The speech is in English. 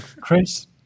Chris